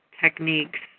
techniques